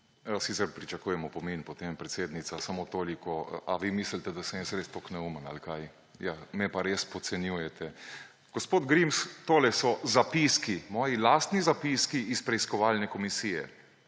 potem pričakujem opomin, predsednica. Samo toliko. A vi mislite, da sem jaz res tako neumen ali kaj? Ja, me pa res podcenjujete. Gospod Grims, tole so zapiski, moji lastni zapiski iz preiskovalne komisije